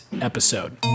episode